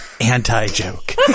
Anti-joke